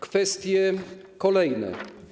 Kwestie kolejne.